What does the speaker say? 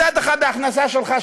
מצד אחד ההכנסה שלך,